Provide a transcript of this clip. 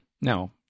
now